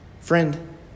Friend